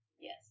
Yes